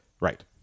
Right